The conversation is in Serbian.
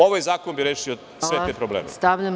Ovaj zakon bi rešio sve te probleme.